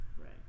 Right